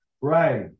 Right